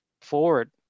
forward